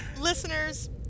listeners